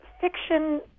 fiction